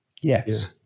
yes